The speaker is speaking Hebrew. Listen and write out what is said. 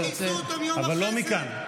אבל לא מכאן,